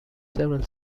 several